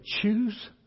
choose